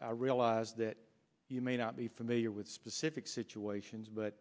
i realize that you may not be familiar with specific situations but